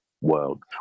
world